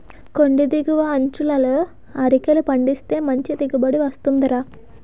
కొండి దిగువ అంచులలో అరికలు పండిస్తే మంచి దిగుబడి వస్తుందిరా